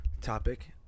topic